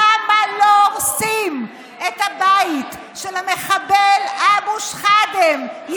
למה לא הורסים את הבית של המחבל אבו שחידם,